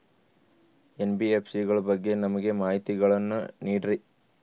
NBFC ಗಳ ಬಗ್ಗೆ ನಮಗೆ ಮಾಹಿತಿಗಳನ್ನ ನೀಡ್ರಿ?